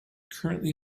currently